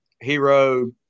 Hero